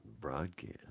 broadcast